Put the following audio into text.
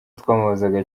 twamubazaga